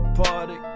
party